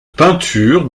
peinture